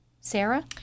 Sarah